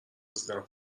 دزدیدن